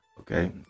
Okay